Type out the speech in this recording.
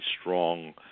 strong